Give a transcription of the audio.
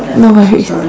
no worries